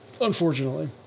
Unfortunately